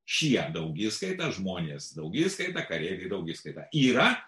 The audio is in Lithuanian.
šie daugiskaita žmonės daugiskaita kareiviai daugiskaita yra